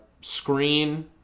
screen